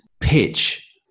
pitch